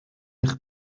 eich